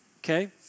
Okay